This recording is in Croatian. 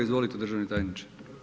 Izvolite državni tajniče.